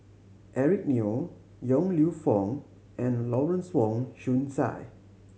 Eric Neo Yong Lew Foong and Lawrence Wong Shyun Tsai